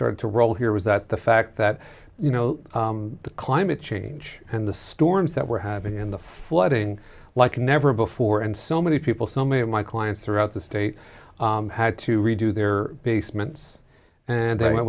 started to roll here was that the fact that you know the climate change and the storms that we're having in the flooding like never before and so many people so many of my clients throughout the state had to redo their basements and they went